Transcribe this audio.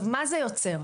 מה זה יוצר?